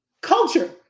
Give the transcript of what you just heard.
culture